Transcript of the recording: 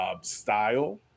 style